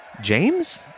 James